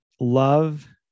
love